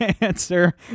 answer